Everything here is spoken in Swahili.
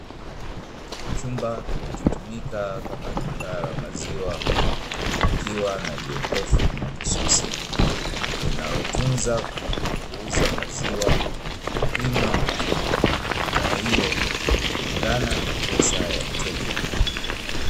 Chumba kinachotumika kama duka la maziwa kikiwa na jokofu mahususi, linalotunza na kuuza maziwa kwa kupima bidhaa hiyo kulingana na pesa ya mteja.